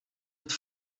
het